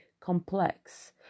complex